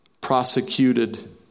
prosecuted